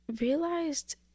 Realized